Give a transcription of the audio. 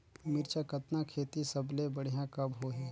मिरचा कतना खेती सबले बढ़िया कब होही?